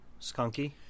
Skunky